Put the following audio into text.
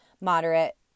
moderate